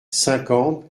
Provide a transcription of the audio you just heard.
cinquante